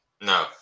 No